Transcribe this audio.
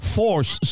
force